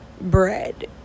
bread